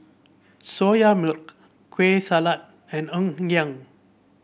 Soya Milk Kueh Salat and Ngoh Hiang